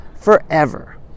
forever